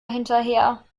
hinterher